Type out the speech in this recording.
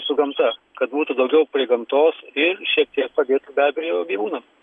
su gamta kad būtų daugiau prie gamtos ir šiek tiek padėtų be abejo gyvūnam